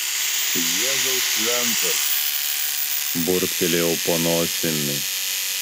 jėzau šventas burbtelėjau po nosimi